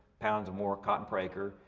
pounds more cotton per acre.